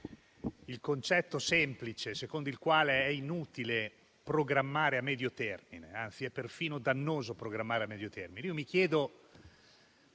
il concetto semplice secondo il quale è inutile programmare a medio termine, anzi è perfino dannoso farlo. Io mi